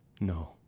No